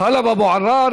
טלב אבו עראר.